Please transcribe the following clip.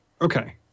Okay